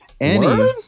Annie